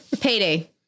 Payday